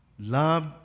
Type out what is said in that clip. Love